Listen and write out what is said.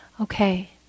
Okay